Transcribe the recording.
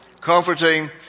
comforting